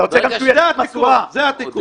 אתה רוצה גם שהוא --- זה הוויכוח, זה הוויכוח.